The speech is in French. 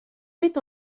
met